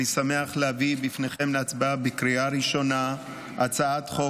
אני שמח להביא בפניכם להצבעה בקריאה ראשונה את הצעת חוק